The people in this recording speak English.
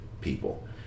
people